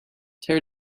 tear